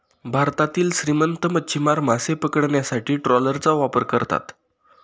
भारतातील श्रीमंत मच्छीमार मासे पकडण्यासाठी ट्रॉलरचा वापर करतात